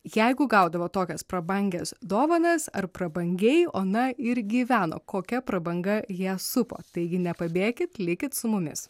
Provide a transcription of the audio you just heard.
jeigu gaudavo tokias prabangias dovanas ar prabangiai ona ir gyveno kokia prabanga ją supo taigi nepabėkit likit su mumis